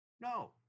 No